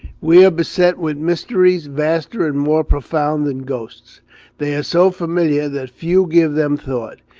we are beset with mysteries vaster and more profound than ghosts they are so familiar that few give them thought.